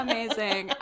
Amazing